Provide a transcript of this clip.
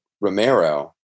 Romero